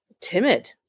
timid